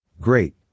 Great